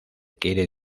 quiere